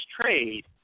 trade